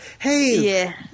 Hey